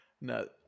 No